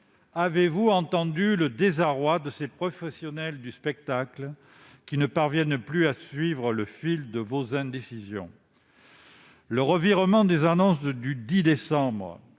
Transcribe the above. Avez-vous entendu le désarroi de ces professionnels du spectacle qui ne parviennent plus à suivre le fil de vos indécisions ? Le revirement des annonces du 10 décembre,